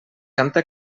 canta